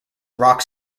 rock